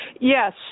Yes